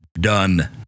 Done